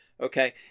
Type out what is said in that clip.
Okay